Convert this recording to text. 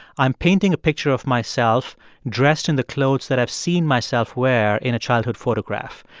i'm painting a picture of myself dressed in the clothes that i've seen myself wear in a childhood photograph.